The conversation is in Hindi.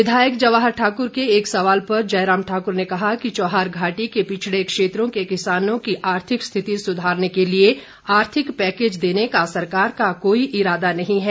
विधायक जवाहर ठाक्र के एक सवाल पर जयराम ठाक्र ने कहा कि चौहारघाटी के पिछड़े क्षेत्रों के किसानों की आर्थिक रिथति सुधारने के लिए आर्थिक पैकेज देने का सरकार का कोई इरादा नहीं है